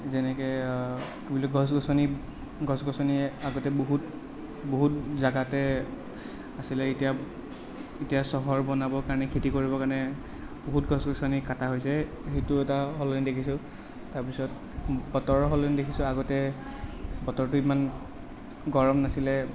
যেনেকৈ কি বুলি গছ গছনি গছ গছনিয়ে আগতে বহুত বহুত জাগাতে আছিলে এতিয়া এতিয়া চহৰ বনাব কাৰণে খেতি কৰিবৰ কাৰণে বহুত গছ গছনি কাটা হৈছে সেইটো এটা সলনি দেখিছোঁ তাৰ পিছত বতৰৰ সলনি দেখিছোঁ আগতে বতৰটো ইমান গৰম নাছিলে